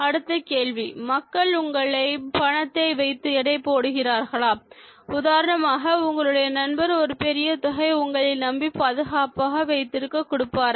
அடுத்த கேள்வி மக்கள் உங்களை பணத்தை வைத்து எடை போடுகிறார்களா உதாரணமாக உங்களுடைய நண்பர் ஒரு பெரிய தொகையை உங்களை நம்பி பாதுகாப்பாக வைத்திருக்க கொடுப்பாரா